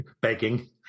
begging